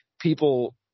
people